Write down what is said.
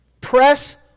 Press